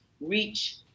reach